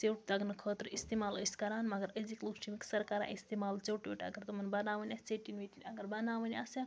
ژیٛوٹ دَگنہٕ خٲطرٕ استعمال ٲسۍ کران مگر أزِکۍ لوٗکھ چھِ مِکسر استعمال ژیٛوٹ ویٛوٹ اگر تِمن بناوٕنۍ آسہِ ژیٹِنۍ ویٹِنۍ اگر بَناوٕنۍ آسہِ ہا